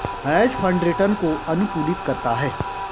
hedge fund return को अनुकूलित करता है